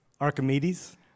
Archimedes